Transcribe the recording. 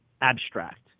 abstract